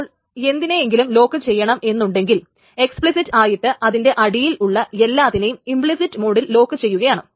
അപ്പോൾ എന്തിനെയെങ്കിലും ലോക്ക് ചെയ്യണം എന്നുണ്ടെങ്കിൽ എക്സ്പിളിസിറ്റ് ആയിട്ട് അതിന്റെ അടിയിൽ ഉള്ള എല്ലാത്തിനെയും ഇമ്പ്ളിസിറ്റ് മോഡിൽ ലോക്ക് ചെയ്യുകയാണ്